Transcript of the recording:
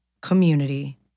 community